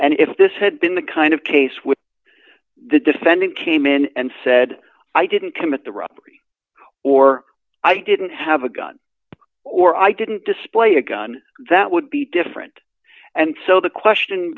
and if this had been the kind of case with the defendant came in and said i didn't commit the robbery or i didn't have a gun or i didn't display a gun that would be different and so the question